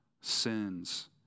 sins